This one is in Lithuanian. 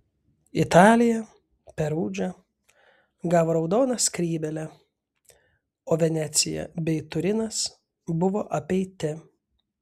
italija perudža gavo raudoną skrybėlę o venecija bei turinas buvo apeiti